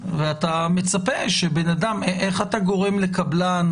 ואתה מצפה שבן אדם -- איך אתה גורם לקבלן